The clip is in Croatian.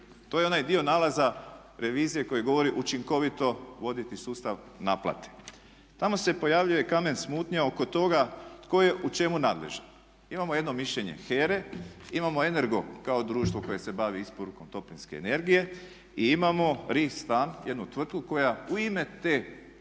To je onaj dio nalaza revizije koji govori učinkovito voditi sustav naplate. Tamo se pojavljuje kamen smutnje oko toga tko je u čemu nadležan. Imamo jedno mišljenje HERA-e, imamo Energo kao društvo koje se bavi isporukom toplinske energije i imamo Ri Stan koja u ime tog